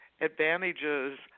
advantages